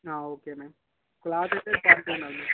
ఆ okay ma'am cloth అయితే quality ఉండాలి